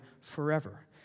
forever